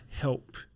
help